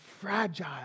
fragile